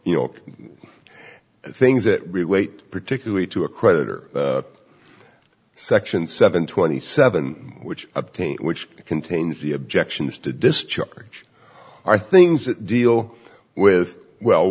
at things that relate particularly to a creditor section seven twenty seven which obtain which contains the objections to discharge are things that deal with well